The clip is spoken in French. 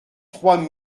trois